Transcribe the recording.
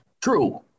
True